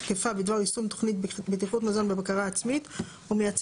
תקפה בדבר יישום תוכנית בטיחות מזון בבקרה עצמית ומייצר